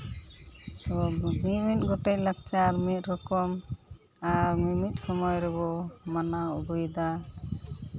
ᱢᱤᱢᱤᱫ ᱜᱚᱴᱮᱱ ᱞᱟᱠᱪᱟᱨ ᱢᱤᱢᱤᱫ ᱨᱚᱠᱚᱢ ᱟᱨ ᱢᱤᱢᱤᱫ ᱥᱚᱢᱚᱭ ᱨᱮᱵᱚ ᱢᱟᱱᱟᱣ ᱟᱹᱜᱩᱭᱮᱫᱟ